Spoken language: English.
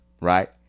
right